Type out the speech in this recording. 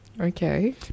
Okay